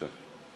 בבקשה.